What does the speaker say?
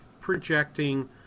projecting